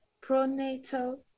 pro-NATO